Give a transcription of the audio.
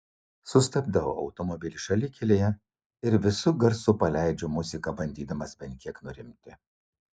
sustabdau automobilį šalikelėje ir visu garsu paleidžiu muziką bandydamas bent kiek nurimti